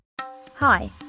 Hi